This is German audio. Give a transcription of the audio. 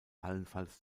allenfalls